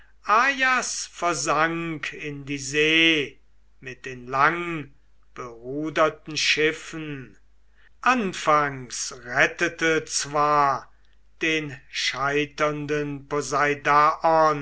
versank in die see mit den langberuderten schiffen anfangs rettete zwar den scheiternden